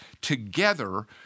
together